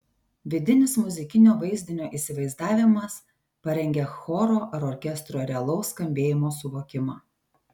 vidinis muzikinio vaizdinio įsivaizdavimas parengia choro ar orkestro realaus skambėjimo suvokimą